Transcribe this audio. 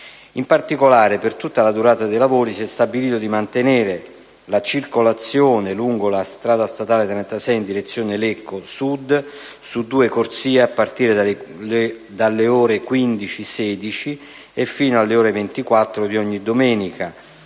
In particolare, per tutta la durata dei lavori, si è stabilito di mantenere la circolazione lungo la strada statale 36 in direzione Lecco, verso sud, su due corsie, a partire dalle ore 15-16 e fino alle ore 24 di ogni domenica,